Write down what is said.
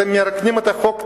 אתם מרוקנים את חוק טל.